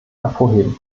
hervorheben